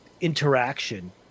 interaction